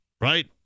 right